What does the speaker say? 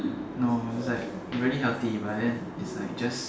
no is like really healthy but then is like just